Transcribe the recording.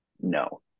No